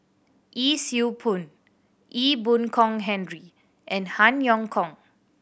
Yee Siew Pun Ee Boon Kong Henry and Han Yong Hong